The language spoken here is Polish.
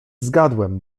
zgadłem